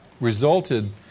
resulted